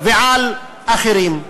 ועל אחרים.